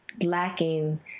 lacking